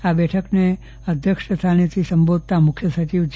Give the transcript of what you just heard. આ બેઠકને અધ્યક્ષ સ્થાનેથી સંબોધતા મુખ્ય સચિવ જે